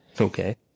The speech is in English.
Okay